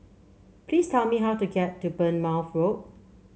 please tell me how to get to Bournemouth Road